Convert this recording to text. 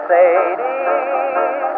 Sadie